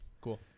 Cool